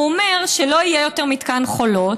הוא אומר שלא יהיה יותר מתקן חולות,